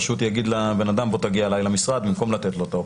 הוא פשוט יגיד לאדם להגיע אליו למשרד במקום לתת לו את האופציה.